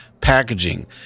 packaging